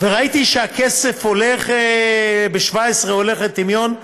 ראיתי שהכסף ב-2017 הולך לטמיון,